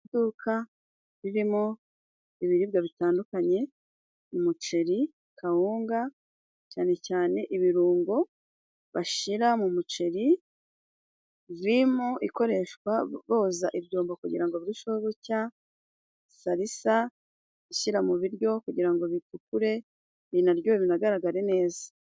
Iduka ririmo ibiribwa bitandukanye, umuceri, kawunga, cyane cyane ibirungo bashira mu muceri, vimu ikoreshwa boza ibyombo kugira ngo birusheho gucya, salisa ushyira mu biryo kugira ngo bitukure, binaryohe binagaragare neza.